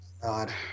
God